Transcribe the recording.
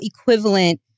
equivalent